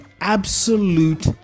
absolute